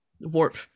warp